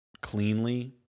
cleanly